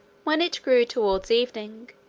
when it grew towards evening,